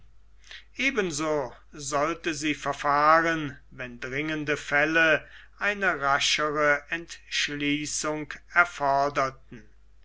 sollte sie verfahren wenn dringende fälle eine raschere entschließung erforderten